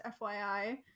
FYI